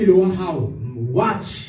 watch